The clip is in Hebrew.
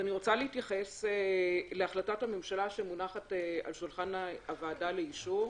אז אני רוצה להתייחס להחלטת הממשלה שמונחת על שולחן הוועדה לאישור.